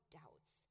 doubts